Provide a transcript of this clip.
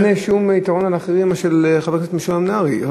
אין שום יתרון לאחרים על חבר הכנסת משולם נהרי.